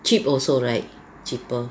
cheap also right cheaper